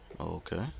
Okay